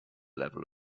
level